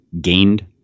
gained